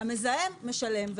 המזהם משלם.